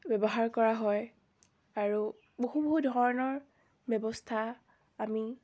ব্যৱহাৰ কৰা হয় আৰু বহু ধৰণৰ ব্যৱস্থা আমি